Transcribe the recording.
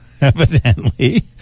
evidently